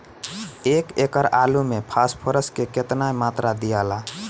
एक एकड़ आलू मे फास्फोरस के केतना मात्रा दियाला?